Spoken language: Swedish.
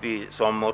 vid.